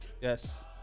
Yes